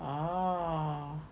orh